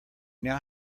now